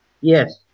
Yes